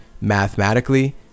mathematically